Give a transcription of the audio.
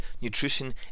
nutrition